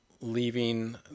leaving